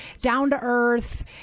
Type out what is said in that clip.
down-to-earth